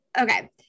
okay